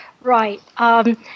Right